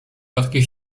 płatki